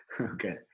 Okay